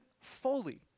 fully